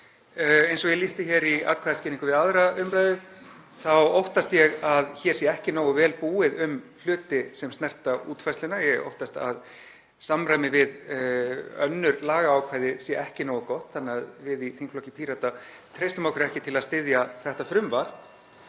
Eins og ég lýsti í atkvæðaskýringu við 2. umræðu þá óttast ég að hér sé ekki nógu vel búið um hluti sem snerta útfærsluna. Ég óttast að samræmi við önnur lagaákvæði sé ekki nógu gott, þannig að við í þingflokki Pírata treystum okkur ekki til að styðja þetta frumvarp